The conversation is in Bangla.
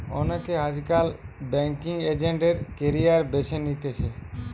অনেকে আজকাল বেংকিঙ এজেন্ট এর ক্যারিয়ার বেছে নিতেছে